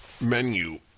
menu